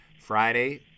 Friday